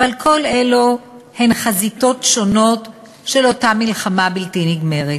אבל כל אלו הן חזיתות שונות של אותה מלחמה בלתי נגמרת.